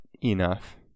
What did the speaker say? enough